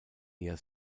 eher